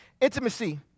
Intimacy